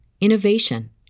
innovation